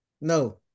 No